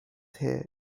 here